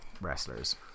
wrestlers